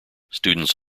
students